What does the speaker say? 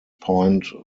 point